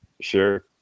sure